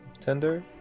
Tender